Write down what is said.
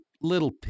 little